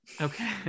okay